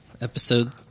episode